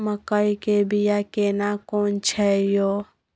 मकई के बिया केना कोन छै यो?